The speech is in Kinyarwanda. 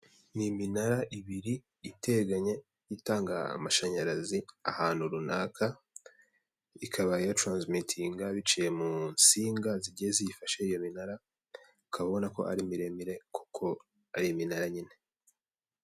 Ni iminara ibiri iteganye itanga amashanyarazi ahantu runaka, ikaba iyo yaconze imitinga biciye mu nsinga zigiye ziyifashe, iyo minara ukaba ubona ko ari miremire kuko ari iminaya nyine.